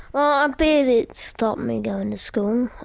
ah bit it stopped me going to school.